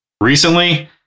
Recently